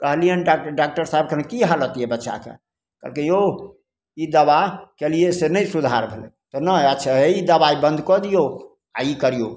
कहलिअनि डाक डॉकटर साहेब कहलनि कि हालत यऽ बच्चाके कहलकै यौ ई दवा केलिए से नहि सुधार भेलै तऽ नहि अच्छा ई दवाइ बन्द कऽ दिऔ आओर ई करिऔ